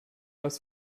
was